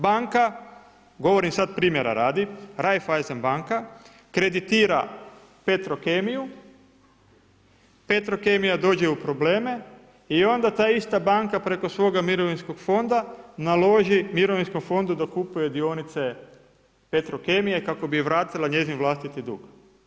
Banka, govorim sad primjera radi, Raiffeisen banka, kreditira Petrokemiju, Petrokemija dođe u probleme … ista banka preko svoga mirovinskog fonda naloži mirovinskom fondu da kupuje dionice Petrokemije kako bi vratila njezin vlastiti dug.